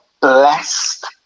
blessed